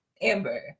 Amber